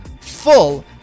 full